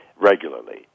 regularly